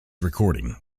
recording